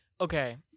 okay